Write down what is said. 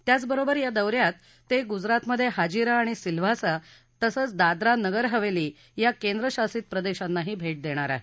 त्याचबरोबर या दौ यात ते गुजरातमधे हाजिरा आणि सिल्व्हासा तसंच दादरा नगर हवेली या केंद्रशासित प्रदेशांनाही भेट देणार आहेत